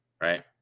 Right